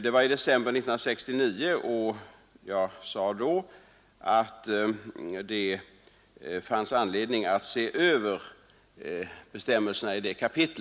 Det var i december 1969 och jag sade då att det fanns anledning att se över bestämmelserna i detta kapitel.